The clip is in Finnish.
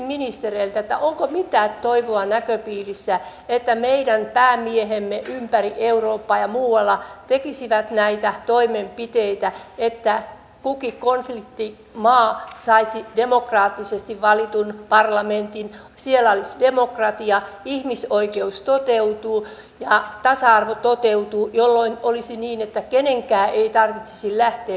kysyisin ministereiltä onko mitään toivoa näköpiirissä että meidän päämiehemme ympäri eurooppaa ja muualla tekisivät näitä toimenpiteitä että kukin konfliktimaa saisi demokraattisesti valitun parlamentin siellä olisi demokratia ihmisoikeus ja tasa arvo toteutuisivat jolloin olisi niin että kenenkään ei tarvitsisi lähteä pakolaiseksi